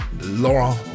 Laura